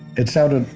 it sounded,